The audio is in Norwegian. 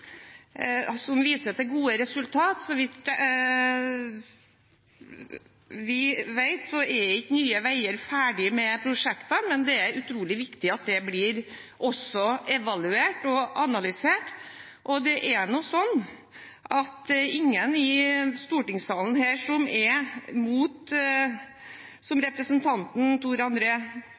de viser til gode resultater. Så vidt vi vet, er ikke Nye Veier ferdig med prosjektene, men det er utrolig viktig at dette også blir evaluert og analysert. Representanten Tor André Johnsen sier at Fremskrittspartiet er for bedre og sikrere veier. Det er jo ingen her i stortingssalen som er